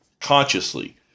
consciously